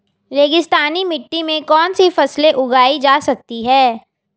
रेगिस्तानी मिट्टी में कौनसी फसलें उगाई जा सकती हैं?